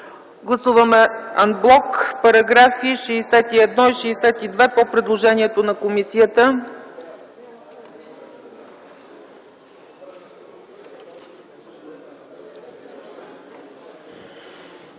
Гласуваме ан блок § 61 и § 62 по предложението на комисията.